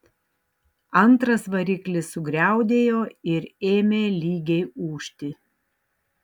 antras variklis sugriaudėjo ir ėmė lygiai ūžti